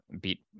beat